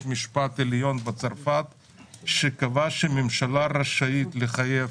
המשפט העליון בצרפת שקבע שהממשלה רשאית לחייב